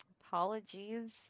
Apologies